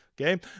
Okay